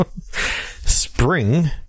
Spring